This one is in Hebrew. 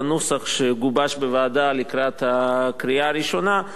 בנוסח שגובש בוועדה לקראת הקריאה הראשונה,